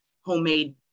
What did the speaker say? homemade